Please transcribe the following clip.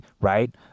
right